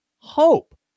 hope